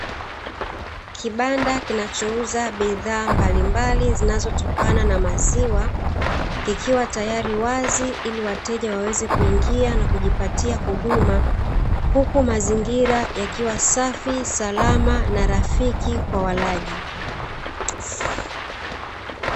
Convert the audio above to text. Kibanda kinachouza bidhaa mbalimbali zinazotokana na maziwa. Kikiwa tayari wazi ili wateja waweze kuingia na kujipatia huduma. Huku mazingira yakiwa safi, salama na rafiki kwa walaji.